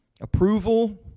Approval